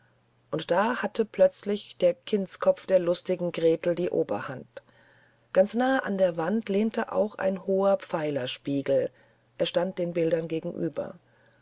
und da hatte plötzlich der kindskopf der lustigen gretel die oberhand ganz nahe an der wand lehnte auch ein hoher pfeilerspiegel er stand den bildern gegenüber